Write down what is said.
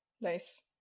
nice